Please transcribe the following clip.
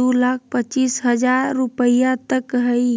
दू लाख पचीस हजार रुपया तक हइ